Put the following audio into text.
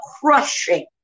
crushing